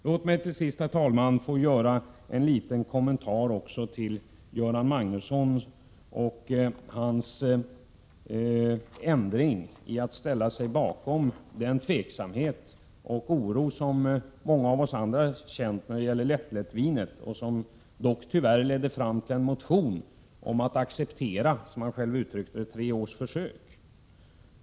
Låt mig till sist, herr talman, få göra en liten kommentar till Göran Magnussons ändrade inställning till den oro som många av oss känner när det gäller lättlättvinet och som ledde till en motion om att acceptera, som han själv uttryckte det, tre års försök.